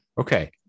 Okay